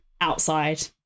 outside